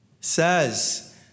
says